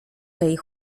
tej